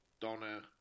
Donna